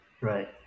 Right